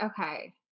Okay